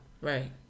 Right